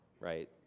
right